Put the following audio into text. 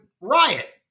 riot